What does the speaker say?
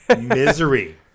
Misery